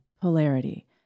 polarity